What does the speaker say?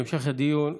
המשך הדיון,